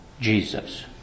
Jesus